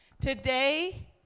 Today